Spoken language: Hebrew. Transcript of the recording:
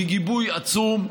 מגיבוי עצום.